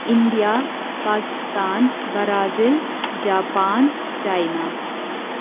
India Pakistan Brazil Japan China